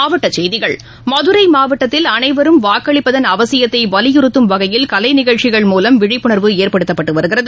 மாவட்டச் செய்திகள் மதுரைமாவட்டத்தில் அனைவரும் வாக்களிப்பதன் அவசியத்தைவலியுறுத்தும் வகையில் கலைநிகழ்ச்சிகள் மூலம் விழிப்புணர்வு ஏற்படுத்தப்பட்டுவருகிறது